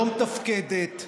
לא מתפקדת,